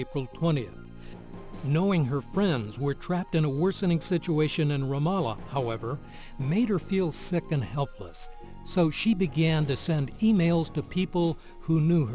april twentieth knowing her friends were trapped in a worsening situation in ramallah however made her feel sick and helpless so she began to send emails to people who knew